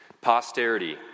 Posterity